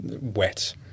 wet